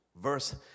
Verse